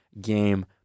game